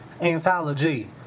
anthology